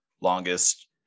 longest